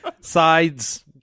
sides